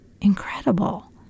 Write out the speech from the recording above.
incredible